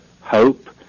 hope